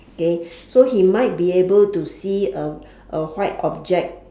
K so he might be able to see a a white object